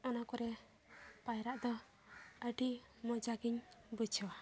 ᱚᱱᱟ ᱠᱚᱨᱮ ᱯᱟᱭᱨᱟᱜ ᱫᱚ ᱟᱹᱰᱤ ᱢᱚᱡᱟ ᱜᱮᱧ ᱵᱩᱡᱷᱟᱹᱣᱟ